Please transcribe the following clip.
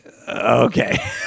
Okay